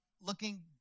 looking